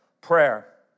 prayer